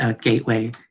gateway